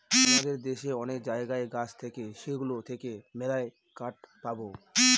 আমাদের দেশে অনেক জায়গায় গাছ থাকে সেগুলো থেকে মেললাই কাঠ পাবো